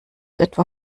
etwa